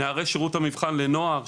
נערי שירות המבחן לנוער,